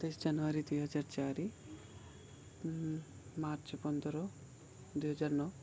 ସତେଇଶି ଜାନୁଆରୀ ଦୁଇହଜାର ଚାରି ମାର୍ଚ୍ଚ ପନ୍ଦର ଦୁଇହଜାର ନଅ